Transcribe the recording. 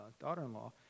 daughter-in-law